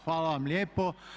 Hvala vam lijepo.